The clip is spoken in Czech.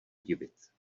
divit